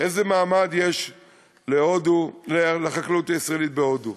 איזה מעמד יש לחקלאות הישראלית בהודו.